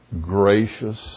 gracious